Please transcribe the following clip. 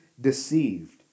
deceived